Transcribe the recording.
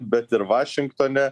bet ir vašingtone